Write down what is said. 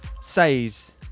Says